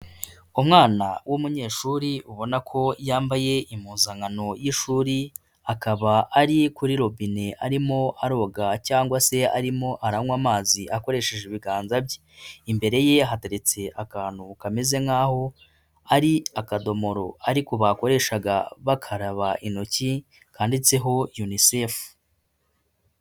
Umwana w'umunyeshuri ubona ko yambaye impuzankano y'ishuri, akaba ari kuri robine arimo aroga cyangwa se arimo aranywa amazi akoresheje ibiganza bye. Imbere ye hateretse akantu kameze nkaho ari akadomoro ariko bakoreshaga bakaraba intoki, kanditseho UNICEF.